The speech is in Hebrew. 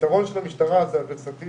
היתרון של המשטרה זה הוורסטיליות,